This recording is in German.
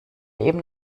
eben